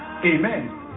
Amen